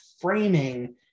framing